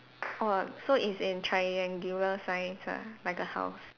oh so it's in triangular signs ah like a house